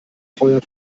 feuer